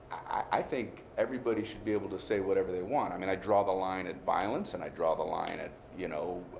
i think everybody should be able to say whatever they want. i mean, i draw the line at violence. and i draw the line at you know